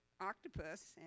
octopus